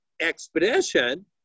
expedition